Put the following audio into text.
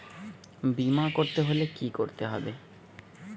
বিমা করতে হলে কি করতে হবে?